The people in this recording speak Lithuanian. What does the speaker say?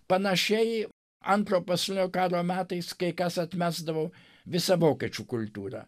panašiai antro pasaulinio karo metais kai kas atmesdavo visą vokiečių kultūrą